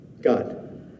God